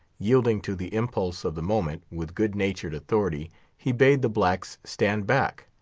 yielding to the impulse of the moment, with good-natured authority he bade the blacks stand back